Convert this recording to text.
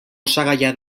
osagaia